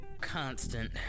Constant